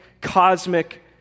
cosmic